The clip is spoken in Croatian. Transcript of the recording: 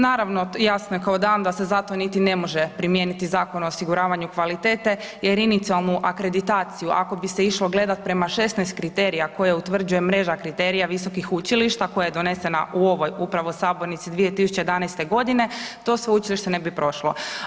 Naravno, jasno je kao dan da se zato niti ne može primijeniti Zakon o osiguravanju kvalitete jer inicijalnu akreditaciju ako bi se išlo gledati prema 16 kriterija koje utvrđuje mreža kriterija visokih učilišta koja je donesena u ovoj upravo sabornici 2011. godine to sveučilište ne bi prošlo.